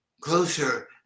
closer